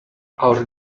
our